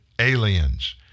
Aliens